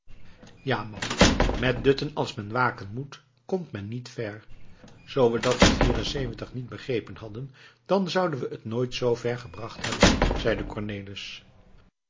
ja man met dutten als men waken moet komt men niet ver zoo we dat in niet begrepen hadden dan zouden we het nooit zoo ver gebracht hebben zeide cornelis